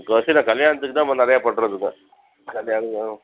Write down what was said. முக்கால்வாசி நான் கல்யாணத்துக்குதான் இப்போ நிறையா பண்ணுறதுங்க கல்யாணம்